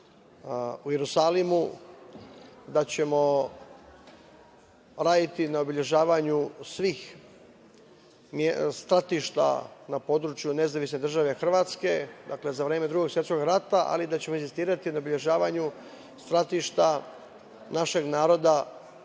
u Jerusalimu, da ćemo raditi na obeležavanju svih stratišta na području nezavisne države Hrvatske, dakle, za vreme Drugog svetskog rata, ali da ćemo insistirati na obeležavanju stratišta našeg naroda koji je